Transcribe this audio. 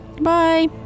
Bye